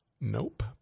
nope